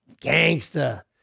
gangster